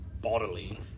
bodily